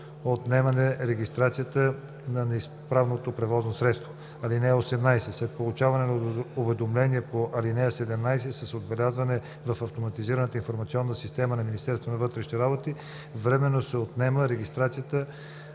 отнемане регистрацията на неизправното превозно средство. (18) След получаване на уведомлението по ал. 17, с отбелязване в автоматизираната информационна система на МВР, временно се отнема регистрацията